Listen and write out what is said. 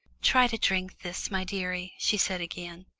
try to drink this, my dearie, she said again,